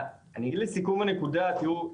אני אגיד את זה לסיכום הנקודה, תראו,